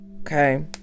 Okay